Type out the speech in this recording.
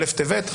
א' טבת,